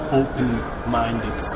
open-minded